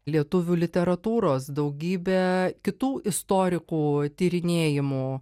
lietuvių literatūros daugybę kitų istorikų tyrinėjimų